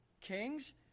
kings